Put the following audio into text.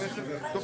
אחרי